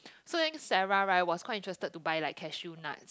so I think Sarah right was quite interested to buy like cashew nuts